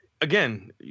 again